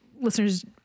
listeners